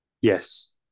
Yes